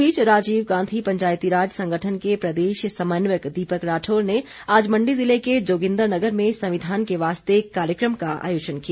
इस बीच राजीव गांधी पंचायती राज संगठन के प्रदेश समन्वयक दीपक राठौर ने आज मण्डी जिले के जोगिन्द्रनगर में संविधान के वास्ते कार्यक्रम का आयोजन किया